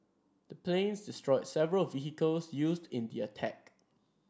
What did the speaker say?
the planes destroyed several vehicles used in the attack